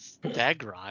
Stegron